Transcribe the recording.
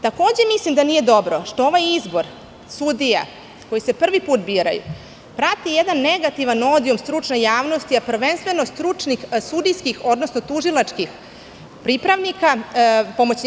Takođe mislim da nije dobro što ovaj izbor sudija koji se prvi put biraju prati jedan negativan odijum stručne javnosti, a prvenstveno stručnih sudijskih odnosno tužilačkih pomoćnika.